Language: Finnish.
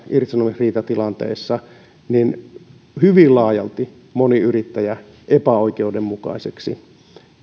irtisanomisriitatilanteissa hyvin laajalti moni yrittäjä epäoikeudenmukaiseksi